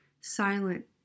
silent